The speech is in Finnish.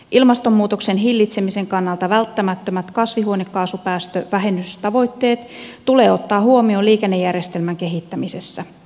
ilmastonmuutoksen hillitsemisen kannalta välttämättömät kasvihuonekaasupäästövähennystavoitteet tulee ottaa huomioon liikennejärjestelmän kehittämisessä